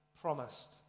promised